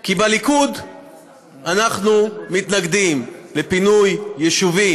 כי בליכוד אנחנו מתנגדים לפינוי יישובים.